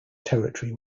territory